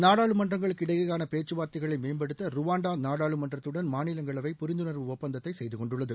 நாடாளுமன்றங்களுக்கு இடையேயான பேச்சு வார்த்தைகளை மேம்படுத்த ருவாண்டா நாடாளுமன்றத்துடன் மாநிலங்களவை புரிந்துணர்வு ஒப்பந்தத்தை செய்து கொண்டுள்ளது